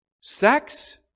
Sex